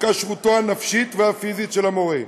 כשרותו הנפשית והפיזית של המורה.